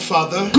Father